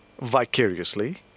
vicariously